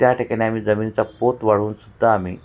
त्या ठिकाणी आम्ही जमिनीचा पोत वाढवून सुद्धा आम्ही